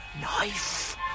Knife